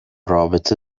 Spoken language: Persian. رابطه